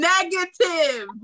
Negative